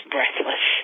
Breathless